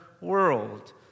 world